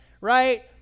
right